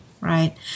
right